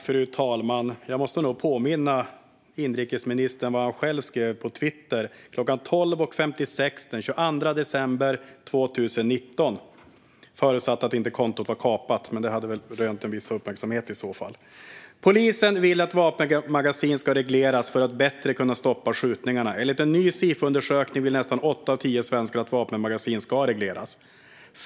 Fru talman! Jag måste nog påminna inrikesministern om vad han själv skrev på Twitter kl. 12.56 den 22 december 2019 - förutsatt att kontot inte var kapat, men det hade väl i så fall rönt en viss uppmärksamhet: "Polisen vill att vapenmagasin ska regleras för att bättre kunna stoppa skjutningarna. Enligt en ny Sifo-undersökning vill nästan 8 av 10 svenskar att vapenmagasin ska regleras.